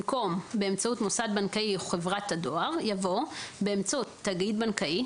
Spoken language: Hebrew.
במקום "באמצעות מוסד בנקאי או חברת הדואר" יבוא "באמצעות תאגיד בנקאי,